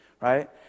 right